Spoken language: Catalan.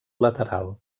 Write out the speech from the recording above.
lateral